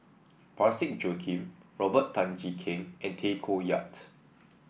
Parsick Joaquim Robert Tan Jee Keng and Tay Koh Yat